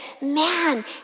man